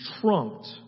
trumped